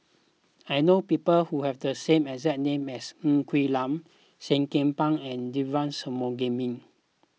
I know people who have the same as as names Ng Quee Lam Seah Kian Peng and Devagi Sanmugam